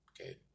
Okay